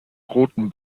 roten